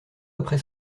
après